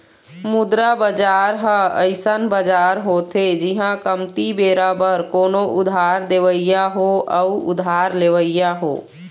मुद्रा बजार ह अइसन बजार होथे जिहाँ कमती बेरा बर कोनो उधार देवइया हो अउ उधार लेवइया हो